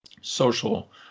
social